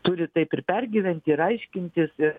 turi taip ir pergyventi ir aiškintis ir